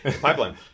pipeline